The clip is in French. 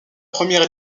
première